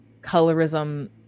colorism